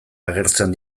agertzen